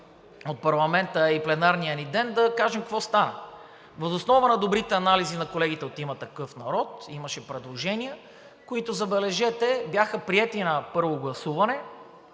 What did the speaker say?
от парламента и пленарния ни ден, да кажем какво стана. Въз основа на добрите анализи на колегите от „Има такъв народ“ имаше предложения, които, забележете, бяха приети на първо гласуване